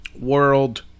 world